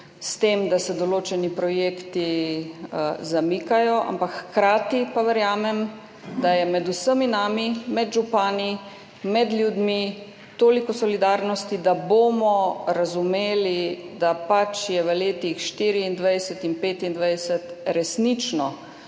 s tem, da se določeni projekti zamikajo. Hkrati pa verjamem, da je med vsemi nami, med župani, med ljudmi toliko solidarnosti, da bomo razumeli, da je pač v letih 2024 in 2025 resnično